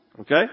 okay